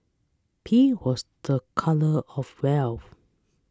pink was the colour of wealth